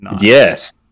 Yes